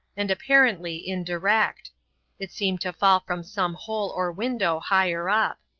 and apparently indirect it seemed to fall from some hole or window higher up.